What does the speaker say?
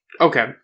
Okay